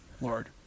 Lord